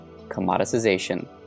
commoditization